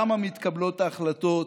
למה מתקבלות ההחלטות?